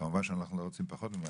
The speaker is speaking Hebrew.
כמובן שאנחנו לא רוצים פחות מ-200,